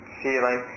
feeling